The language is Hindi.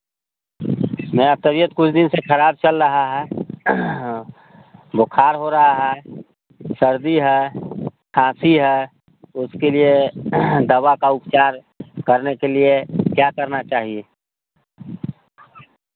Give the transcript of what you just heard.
मेरा तबीयत कुछ दिन से खराब चल रहा है बुखार हो रहा है सर्दी है खासी है उसके लिए दवा का उपचार करने के लिए करने के लिए क्या करना चाहिए